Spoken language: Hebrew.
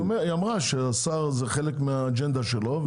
היא אמרה שזה חלק מהאג'נדה של השר.